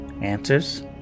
Answers